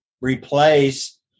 replace